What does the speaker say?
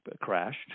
crashed